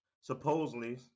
supposedly